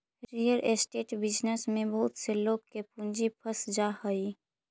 real estate business में बहुत से लोग के पूंजी फंस जा हई